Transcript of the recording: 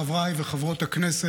חברי וחברות הכנסת,